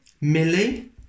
millie